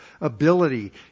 ability